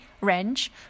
range